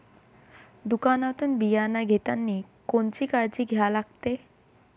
दुकानातून बियानं घेतानी कोनची काळजी घ्या लागते?